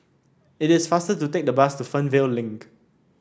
it is faster to take the bus to Fernvale Link